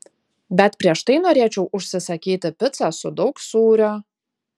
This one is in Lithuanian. bet prieš tai norėčiau užsisakyti picą su daug sūrio